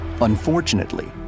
Unfortunately